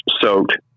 soaked